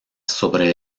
sobre